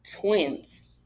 Twins